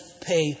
pay